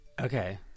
Okay